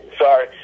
sorry